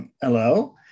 Hello